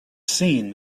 seen